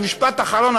במשפט אחרון,